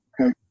okay